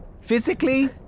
Physically